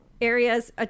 areas